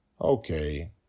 Okay